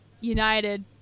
united